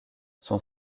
son